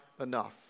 enough